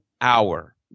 hour